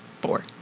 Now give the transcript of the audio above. Four